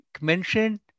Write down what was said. mentioned